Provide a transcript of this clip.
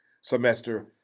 semester